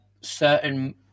certain